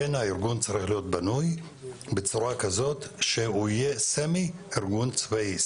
כן הארגון צריך להיות בנוי בצורה כזאת שהוא יהיה סמי-ארגון צבאי,